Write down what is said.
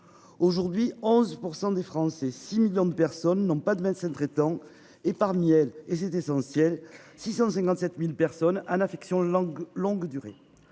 Aujourd'hui 11% des Français, 6 millions de personnes n'ont pas de médecin traitant et parmi elles et essentiel. 657.000 personnes en affection longue longue